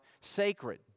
sacred